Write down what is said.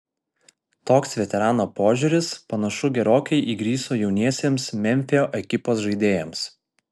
toks veterano požiūris panašu gerokai įgriso jauniesiems memfio ekipos žaidėjams